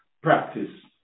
practice